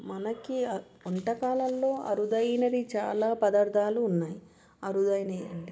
మనకి వంటకాలలో అరుదైనవి చాలా పదార్థాలు ఉన్నాయి అరుదైనవి అంటే